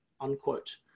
unquote